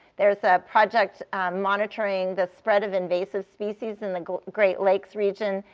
there's a project monitoring the spread of invasive species in the great lakes region,